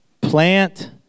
Plant